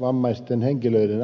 vaikeavammaisten henkilöiden